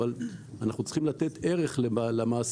אבל אנחנו צריכים לתת ערך למעסיקים.